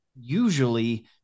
usually